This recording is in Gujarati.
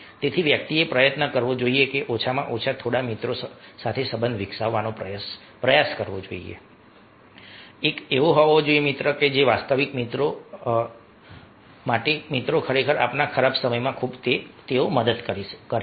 તેથી વ્યક્તિએ પ્રયત્ન કરવો જોઈએ કે ઓછામાં ઓછા થોડા મિત્રો સંબંધ વિકસાવવાનો પ્રયાસ કરવો જોઈએ એક હોવા જોઈએ વાસ્તવિક મિત્રો એક હોવા જોઈએ અને આ મિત્રો ખરેખર આપણા ખરાબ સમયમાં ખૂબ મદદ કરે છે